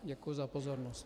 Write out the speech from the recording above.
Děkuji za pozornost.